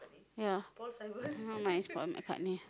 ya mine is Paul-McCartney